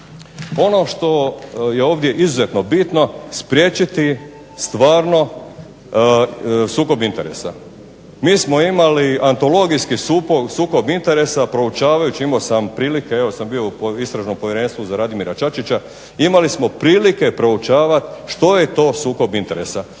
Ono što je ovdje izuzetno bitno spriječiti stvarno sukob interesa. Mi smo imali antologijski sukob interesa proučavajući, imao sam prilike, evo sam bio u istražnom povjerenstvu za Radimira Čačića, imali smo prilike proučavati što je to sukob interesa.